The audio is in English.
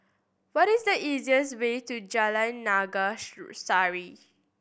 what is the easiest way to Jalan Naga Sari